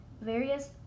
various